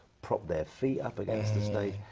prop their feet up against the stage.